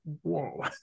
whoa